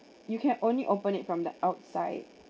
you can only open it from the outside